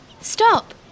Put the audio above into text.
stop